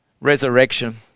resurrection